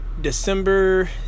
December